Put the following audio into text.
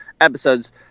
episodes